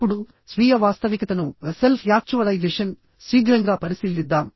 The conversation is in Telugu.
ఇప్పుడు స్వీయ వాస్తవికతను శీఘ్రంగా పరిశీలిద్దాం